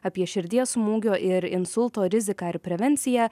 apie širdies smūgio ir insulto riziką ir prevenciją